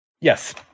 Yes